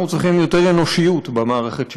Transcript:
אנחנו צריכים יותר אנושיות במערכת שלנו,